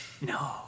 No